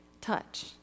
touch